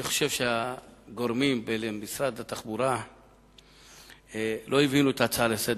אני חושב שהגורמים במשרד התחבורה לא הבינו את ההצעה שלך לסדר-היום.